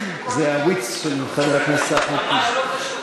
להעביר את הצעת חוק שימוש חוזר במים אפורים,